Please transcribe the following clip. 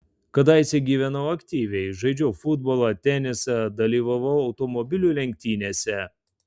kadaise gyvenau aktyviai žaidžiau futbolą tenisą dalyvaudavau automobilių lenktynėse